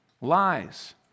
lies